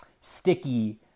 sticky